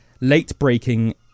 late-breaking